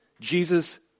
Jesus